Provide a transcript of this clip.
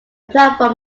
platform